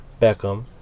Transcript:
Beckham